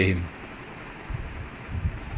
which match the event is happening now ah